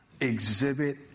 exhibit